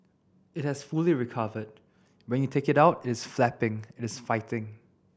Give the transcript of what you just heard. it has fully recovered when you take it out it is flapping it is fighting